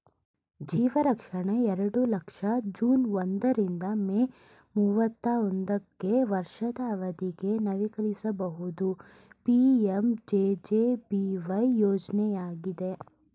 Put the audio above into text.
ಜೀವರಕ್ಷಣೆ ಎರಡು ಲಕ್ಷ ಜೂನ್ ಒಂದ ರಿಂದ ಮೇ ಮೂವತ್ತಾ ಒಂದುಗೆ ವರ್ಷದ ಅವಧಿಗೆ ನವೀಕರಿಸಬಹುದು ಪಿ.ಎಂ.ಜೆ.ಜೆ.ಬಿ.ವೈ ಯೋಜ್ನಯಾಗಿದೆ